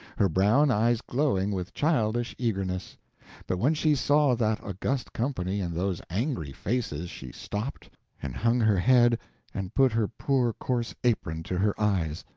her brown eyes glowing with childish eagerness but when she saw that august company and those angry faces she stopped and hung her head and put her poor coarse apron to her eyes.